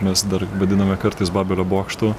mes dar vadiname kartais babelio bokštu